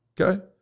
Okay